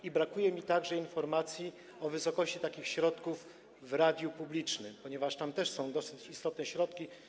I brakuje mi także informacji o wysokości takich środków w radiu publicznym, ponieważ tam też są dosyć istotne środki.